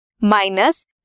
minus